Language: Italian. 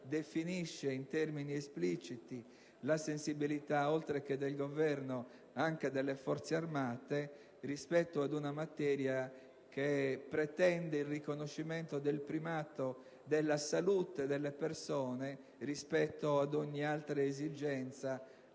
definisce in termini espliciti la sensibilità, oltre che del Governo, anche delle Forze armate rispetto a una materia che pretende il riconoscimento del primato della salute delle persone rispetto ad ogni altra esigenza,